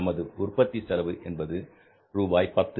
நமது மொத்த உற்பத்தி செலவு என்பது ரூபாய் 10